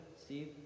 Steve